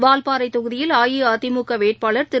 வால்பாறை தொகுதியில் அஇஅதிமுக வேட்பாளர் திரு